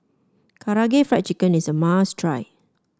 Karaage Fried Chicken is a must try